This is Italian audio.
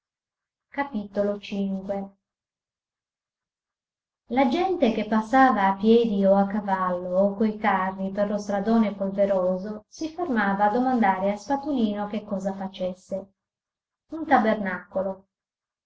mise all'opera la gente che passava a piedi o a cavallo o coi carri per lo stradone polveroso si fermava a domandare a spatolino che cosa facesse un tabernacolo